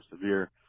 severe